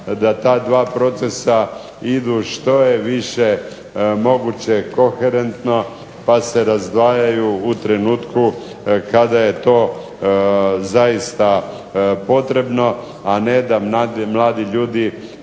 da ta dva procesa idu što je više moguće koherentno pa se razdvajaju u trenutku kada je to zaista potrebno, a ne da mladi ljudi